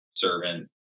servant